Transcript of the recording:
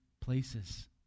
places